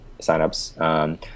signups